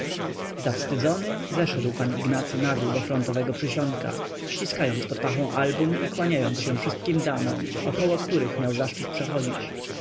zawstydzony zeszedł pan ignacy nadół do frontowego przysionka ściskając pod pachą album i kłaniając się wszystkim damom około których miał zaszczyt przechodzić